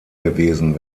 gewesen